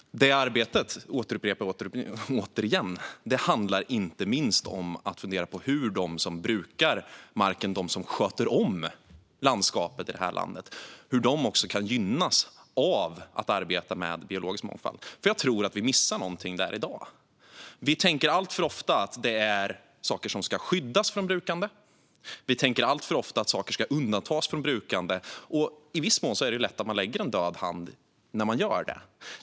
Det arbetet, vill jag återupprepa, handlar inte minst om att fundera på hur de som brukar marken, de som sköter om landskapet i det här landet, kan gynnas av att arbeta med biologisk mångfald. Jag tror att vi missar någonting där i dag. Vi tänker alltför ofta att saker ska skyddas eller undantas från brukande. I viss mån är det lätt att man lägger en död hand när man gör det.